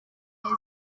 umwe